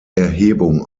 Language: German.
erhebung